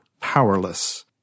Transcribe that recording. powerless